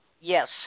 Yes